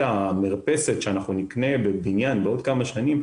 והמרפסת שאנחנו נקנה בבניין בעוד כמה שנים,